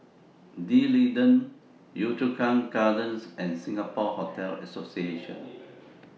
D'Leedon Yio Chu Kang Gardens and Singapore Hotel Association